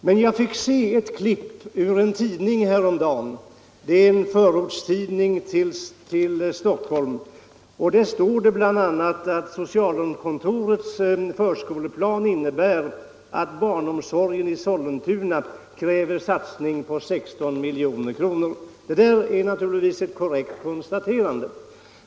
Men jag fick se ett klipp ur en förortstidning häromdagen — det gäller Stockholmsområdet — och där står det bl.a. att socialkontorets förskoleplan innebär att barnomsorgen i Sollentuna kräver satsning på 16 milj.kr. Det är naturligtvis ett korrekt konstaterande.